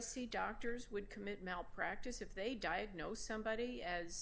c doctors would commit malpractise if they diagnose somebody as